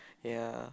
ya